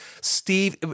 Steve